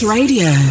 Radio